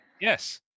yes